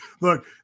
Look